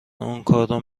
اونکارو